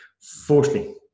Fourthly